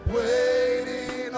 waiting